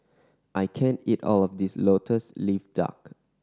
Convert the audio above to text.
I can't eat all of this Lotus Leaf Duck